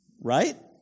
right